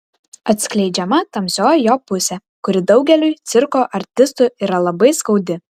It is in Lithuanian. atskleidžiama tamsioji jo pusė kuri daugeliui cirko artistų yra labai skaudi